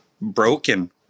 broken